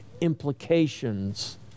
implications